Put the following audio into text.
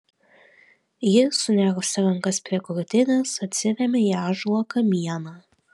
ji sunėrusi rankas prie krūtinės atsirėmė į ąžuolo kamieną